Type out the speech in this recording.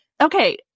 Okay